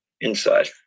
inside